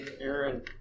Aaron